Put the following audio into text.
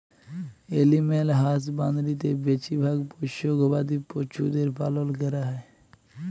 animal হাসবাঁদরিতে বেছিভাগ পোশ্য গবাদি পছুদের পালল ক্যরা হ্যয়